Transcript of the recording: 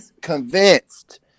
convinced